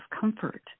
comfort